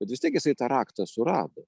bet vis tiek jisai tą raktą surado